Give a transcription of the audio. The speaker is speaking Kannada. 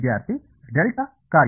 ವಿದ್ಯಾರ್ಥಿ ಡೆಲ್ಟಾ ಕಾರ್ಯ